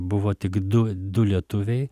buvo tik du du lietuviai